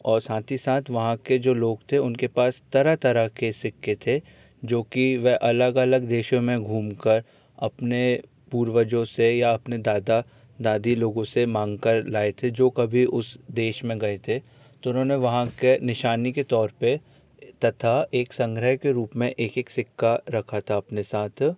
और साथ ही साथ वहाँ के जो लोग थे उनके पास तरह तरह के सिक्के थे जो कि वह अलग अलग देशों में घूम कर अपने पूर्वजों से या अपने दादा दादी लोगों से मांग कर लाए थे जो कभी उस देश में गए थे तो उन्होने वहाँ के निशानी के तौर पर तथा एक संग्रेह के रूप में एक एक सिक्का रखा था अपने साथ